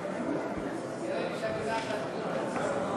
לי שאת יודעת להסביר טוב